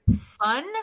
fun